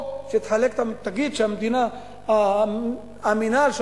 או תגיד שהמינהל,